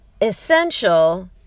essential